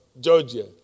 Georgia